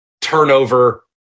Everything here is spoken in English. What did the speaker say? turnover